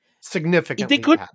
significantly